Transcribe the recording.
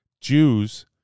Jews